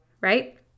right